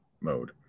Mode